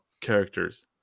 characters